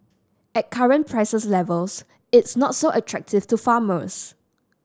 at current prices levels it's not so attractive to farmers